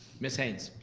ms. haynes?